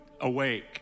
awake